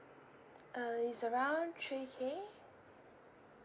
uh is around three K